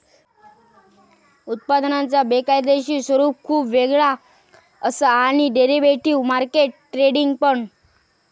उत्पादनांचा कायदेशीर स्वरूप खुप वेगळा असा आणि डेरिव्हेटिव्ह मार्केट ट्रेडिंग पण